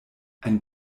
ein